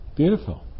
Beautiful